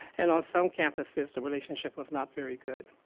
and on some campuses the relationship was not very good.